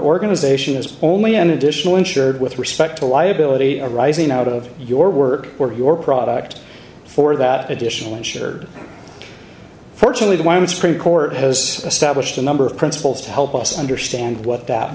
organization is only an additional insured with respect to liability arising out of your work or your product for that additional insured fortunately the one supreme court has established a number of principles to help us understand what that